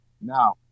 Now